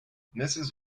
mrs